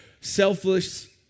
selfless